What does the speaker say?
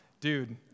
Dude